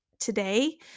today